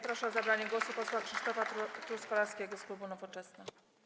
Proszę o zabranie głosu posła Krzysztofa Truskolaskiego z klubu Nowoczesna.